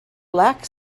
black